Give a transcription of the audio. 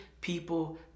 people